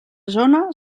zona